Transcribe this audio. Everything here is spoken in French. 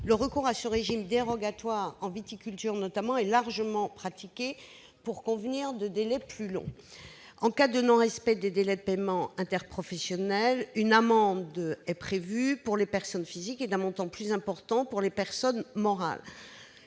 Le recours à ce régime dérogatoire, en viticulture notamment, est largement pratiqué pour convenir de délais de paiement plus longs. En cas de non-respect des délais de paiement interprofessionnels, une amende est prévue pour les personnes physiques, et une amende d'un montant plus élevé pour les personnes morales.